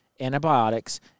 antibiotics